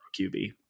QB